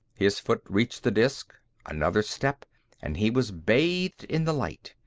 his foot reached the disk another step and he was bathed in the light,